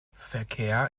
verkehr